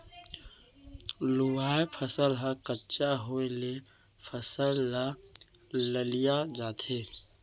लूवाय फसल ह कच्चा होय ले फसल ह ललिया जाथे